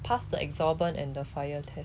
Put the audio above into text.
pass the absorbant and the fire test